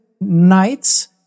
nights